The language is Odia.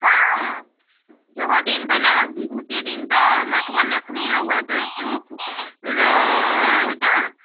ହଁ ହଁ ଯହ ଦିନ୍ ବୋଲେ ଗୋଟେ ଦିନ୍ ତ ମାଖବୋ ଲାଖ୍ମୀର ୱାଟର୍ ପ୍ରୁଫ୍ର ହେଇଟା